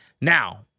Now